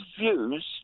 views